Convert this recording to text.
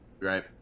right